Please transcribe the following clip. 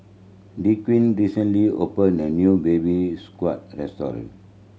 Dequan recently opened a new Baby Squid restaurant